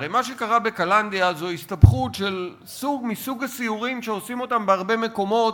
הרי מה שקרה בקלנדיה זה הסתבכות מסוג הסיורים שעושים אותם בהרבה מקומות,